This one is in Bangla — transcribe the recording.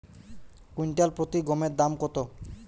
কুইন্টাল প্রতি গমের দাম কত?